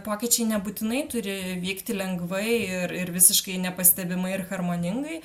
pokyčiai nebūtinai turi vykti lengvai ir ir visiškai nepastebimai ir harmoningai